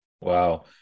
Wow